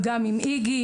עם איגי,